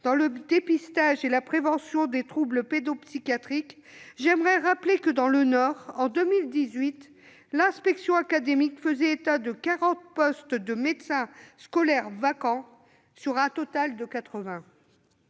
dans le dépistage et la prévention des troubles pédopsychiatriques, j'aimerais rappeler que, dans le Nord, l'inspection académique faisait état, en 2018, de 40 postes de médecins scolaires vacants sur un total de 80.